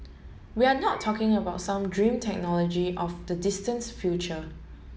we are not talking about some dream technology of the distance future